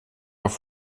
auf